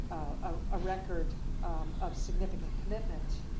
a record of significant commitment,